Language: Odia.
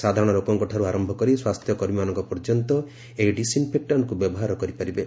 ସାଧାରଣ ଲୋକଙ୍କଠାରୁ ଆରମ୍ଭ କରି ସ୍ୱାସ୍ଥ୍ୟକର୍ମୀମାନଙ୍କ ପର୍ଯ୍ୟନ୍ତ ଏହି ଡିସ୍ଇନ୍ଫେକ୍ଟାଣ୍ଟ୍ୟକୁ ବ୍ୟବହାର କରିପାରିବେ